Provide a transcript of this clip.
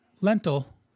Lentil